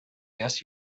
yes